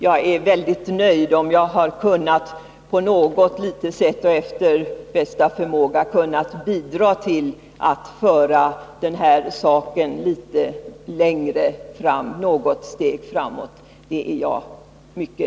Jag är mycket nöjd om jag har kunnat något litet bidra till att föra den här saken något steg framåt.